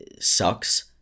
sucks